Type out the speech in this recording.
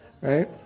right